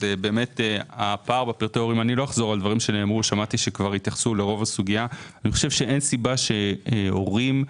אני חושב שאין סיבה שהורים,